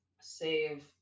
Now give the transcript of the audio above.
save